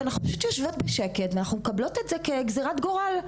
אנחנו פשוט יושבות בשקט ומקבלות את זה כגזרת גורל.